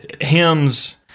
hymns